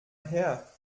her